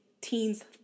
teens